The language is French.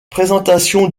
présentation